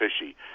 fishy